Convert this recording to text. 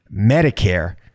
Medicare